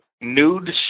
nude